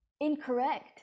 incorrect